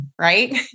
right